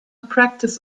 practice